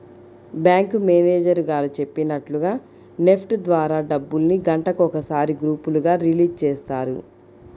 bank manager గారు చెప్పినట్లుగా NEFT ద్వారా డబ్బుల్ని గంటకొకసారి గ్రూపులుగా రిలీజ్ చేస్తారు